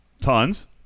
Tons